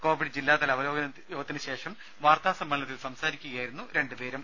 Covid ജില്ലാതല അവലോകനയോഗത്തിന് ശേഷം വാർത്താസമ്മേളനത്തിൽ സംസാരിക്കുകയായിരുന്നു ഇരുവരും